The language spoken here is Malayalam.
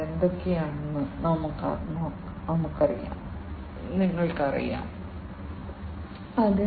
അതിനാൽ ഒരു സൂപ്പർവൈസറി സംവിധാനമുണ്ട് ഒരു മനുഷ്യ യന്ത്ര സംവിധാനമുണ്ട് ഒരു റിമോട്ട് ടെർമിനൽ യൂണിറ്റ് ഘടകം ഉണ്ട്